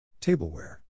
Tableware